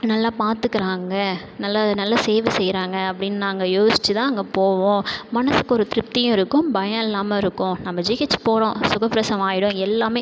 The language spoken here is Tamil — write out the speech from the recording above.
நல்லா பார்த்துக்கறாங்க நல்லா நல்ல சேவை செய்கிறாங்க அப்படின் நாங்கள் யோசித்துதா அங்கே போவோம் மனசுக்கு ஒரு திருப்தியும் இருக்கும் பயம் இல்லாமலிருக்கும் நம்ப ஜிஹெச் போகிறோம் சுக பிரசவம் ஆகிடும் எல்லாமே